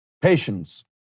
Patience